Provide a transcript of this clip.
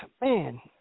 Man